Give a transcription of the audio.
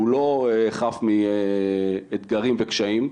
שהוא לא חף מאתגרים וקשיים.